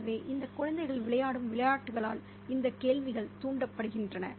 எனவே இந்த குழந்தைகள் விளையாடும் விளையாட்டுகளால் இந்த கேள்விகள் தூண்டப்படுகின்றன